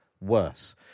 worse